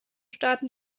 staaten